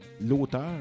l'auteur